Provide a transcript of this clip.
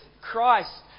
Christ